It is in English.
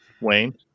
Wayne